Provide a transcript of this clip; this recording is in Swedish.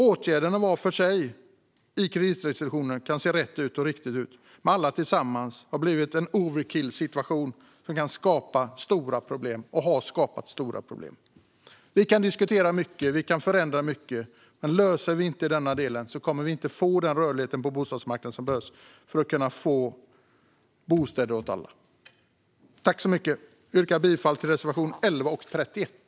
Åtgärderna i kreditrestriktionerna kan var för sig se rätt och riktiga ut, men sammantaget har de medfört en overkillsituation som har skapat stora problem. Vi kan diskutera och förändra mycket, men om vi inte löser denna del kommer vi inte att få den rörlighet på bostadsmarknaden som behövs för att alla ska kunna få en bostad. Jag yrkar bifall till reservationerna 11 och 31.